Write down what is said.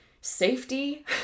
safety